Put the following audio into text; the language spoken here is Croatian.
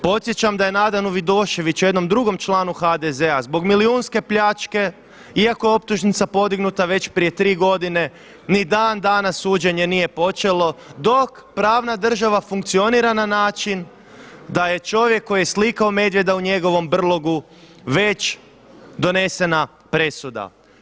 Podsjećam da je Nadanu Vidoševiću, jednom drugom članu HDZ-a zbog milijunske pljačke iako je optužnica podignuta već prije tri godine ni dan danas suđenje nije počelo dok pravna država funkcionira na način da je čovjek koji je slikao medvjeda u njegovom brlogu već donesena presuda.